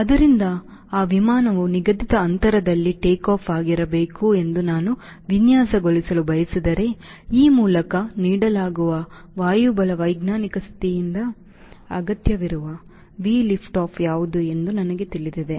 ಆದ್ದರಿಂದ ಆ ವಿಮಾನವು ನಿಗದಿತ ಅಂತರದಲ್ಲಿ ಟೇಕ್ಆಫ್ ಆಗಿರಬೇಕು ಎಂದು ನಾನು ವಿನ್ಯಾಸಗೊಳಿಸಲು ಬಯಸಿದರೆ ಈ ಮೂಲಕ ನೀಡಲಾಗುವ ವಾಯುಬಲವೈಜ್ಞಾನಿಕ ಸ್ಥಿತಿಯಿಂದ ಅಗತ್ಯವಿರುವ V liftoff ಯಾವುದು ಎಂದು ನನಗೆ ತಿಳಿದಿದೆ